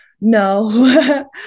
No